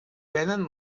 venen